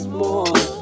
more